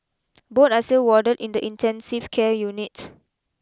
both are still warded in the intensive care unit